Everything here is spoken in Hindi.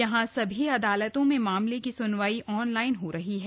यहां सभी अदालतों में मामलों की सुनवाई ऑनलाइन हो रही है